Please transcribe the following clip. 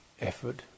effort